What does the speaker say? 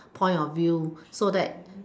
point of view so that